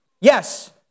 Yes